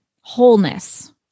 wholeness